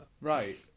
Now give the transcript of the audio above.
Right